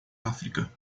áfrica